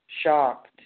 shocked